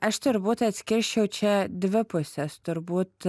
aš turbūt atskirčiau čia dvi pusės turbūt